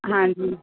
हाँ जी